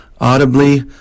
audibly